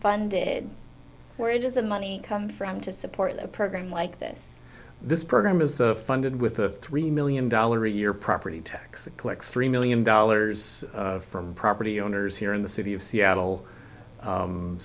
funded where it is and money come from to support a program like this this program is funded with a three million dollars a year property tax collects three million dollars from property owners here in the city of seattle